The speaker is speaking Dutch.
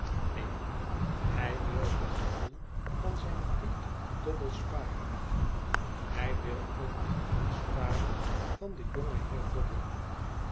neenl hij wil het gevoel van zijn vriend dobble sparen hij wil ook het gevoel sparen van den jongen heer